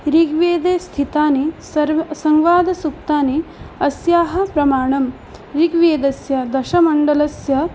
ऋग्वेदे स्थितानि सर्व् संवाद् सूक्तानि अस्याः प्रमाणं ऋग्वेदस्य दशमण्डलस्य